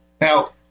Now